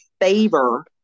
favor